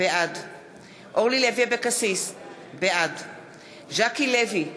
בעד אורלי לוי אבקסיס, בעד ז'קי לוי,